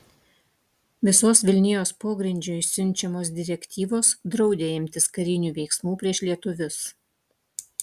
visos vilnijos pogrindžiui siunčiamos direktyvos draudė imtis karinių veiksmų prieš lietuvius